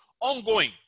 ongoing